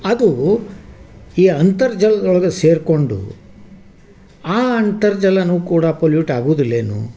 ಅದು ಈ ಅಂತರ್ಜಲ್ದೊಳಗೆ ಸೇರಿಕೊಂಡು ಆ ಅಂತರ್ಜಲವೂ ಕೂಡ ಪೊಲ್ಯೂಟ್ ಆಗುದಿಲ್ವೇನು